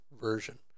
version